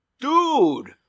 Dude